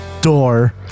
door